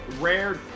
rare